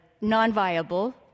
non-viable